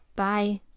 Bye